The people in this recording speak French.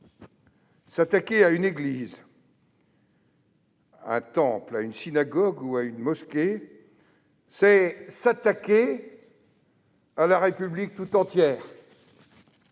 S'attaquer à une église, à un temple, à une synagogue ou à une mosquée, c'est s'attaquer à la République tout entière.